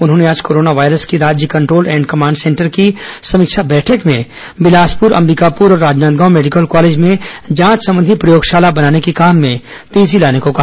उन्होंने आज corona virus की राज्य कंट्रोल एंड कमांड सेंटर की समीक्षा बैठक में बिलासपुर अंबिकापुर और राजनांदगांव मेडिकल कॉलेज में जांच संबंधी प्रयोगशला बनाने के काम में तेजी लाने को कहा